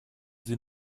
sie